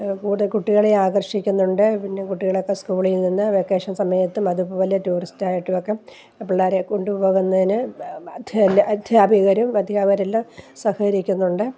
കൂടെ കുട്ടികളെയും ആകർഷിക്കുന്നുണ്ട് പിന്നെ കുട്ടികളെ ഒക്കെ സ്കൂളിൽ നിന്ന് വെക്കേഷൻ സമയത്തും അതുപോലെ ടൂറിസ്റ്റ് ആയിട്ടും ഒക്കെ പിള്ളേരെ കൊണ്ട് പോകുന്നതിന് അധ്യാപി അധ്യാപകരും അധ്യാപകർ എല്ലാം സഹകരിക്കുന്നുണ്ട്